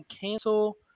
cancel